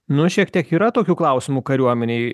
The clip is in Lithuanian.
nu šiek tiek yra tokių klausimų kariuomenėj